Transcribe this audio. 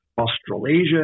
Australasia